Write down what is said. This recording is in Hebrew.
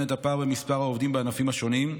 את הפער במספר העובדים בענפים השונים.